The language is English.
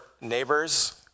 neighbors